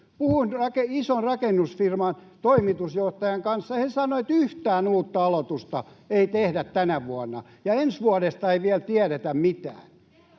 Puhuin ison rakennusfirman toimitusjohtajan kanssa. He sanoivat, että yhtään uutta aloitusta ei tehdä tänä vuonna, ja ensi vuodesta ei vielä tiedetä mitään.